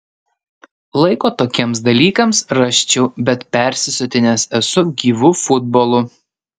laiko tokiems dalykams rasčiau bet persisotinęs esu gyvu futbolu